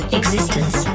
existence